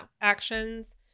actions